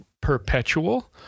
perpetual